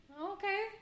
Okay